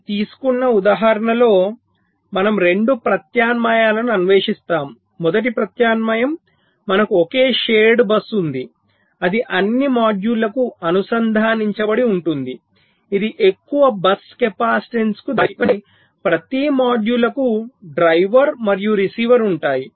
మనము తీసుకున్న ఉదాహరణలో మనము 2 ప్రత్యామ్నాయాలను అన్వేషిస్తాము మొదటి ప్రత్యామ్నాయం మనకు ఒకే షేర్డ్ బస్సు ఉంది అది అన్ని మాడ్యూళ్ళకు అనుసంధానించబడి ఉంటుంది ఇది ఎక్కువ బస్సు కెపాసిటెన్స్కు దారి తీస్తుంది ఎందుకంటే ప్రతి మాడ్యూళ్ళకు డ్రైవర్ మరియు రిసీవర్ ఉంటాయి